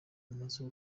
amaze